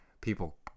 people